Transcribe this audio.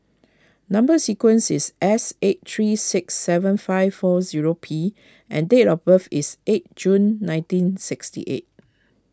Number Sequence is S eight three six seven five four zero P and date of birth is eight June nineteen sixty eight